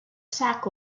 sac